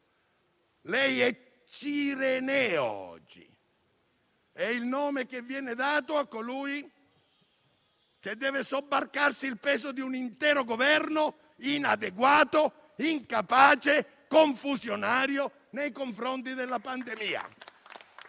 oggi è cireneo: è l'appellativo che viene dato a colui che deve sobbarcarsi il peso di un intero Governo inadeguato, incapace, confusionario nei confronti della pandemia.